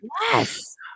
Yes